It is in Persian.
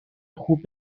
خوب